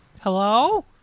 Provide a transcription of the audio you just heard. Hello